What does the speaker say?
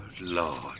lord